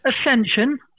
ascension